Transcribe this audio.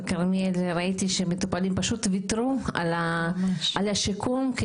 בכרמיאל ראיתי שמטופלים פשוט ויתרו על השיקום כי